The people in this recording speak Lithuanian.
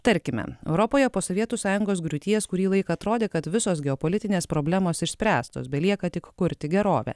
tarkime europoje po sovietų sąjungos griūties kurį laiką atrodė kad visos geopolitinės problemos išspręstos belieka tik kurti gerovę